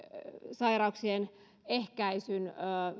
sairauksien ehkäisyn